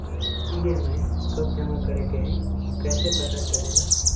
EMI कव जमा करेके हई कैसे पता चलेला?